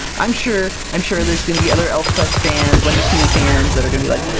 i'm sure i'm sure there's gonna be other elfquest fans, wendy pini fans, that are gonna be like,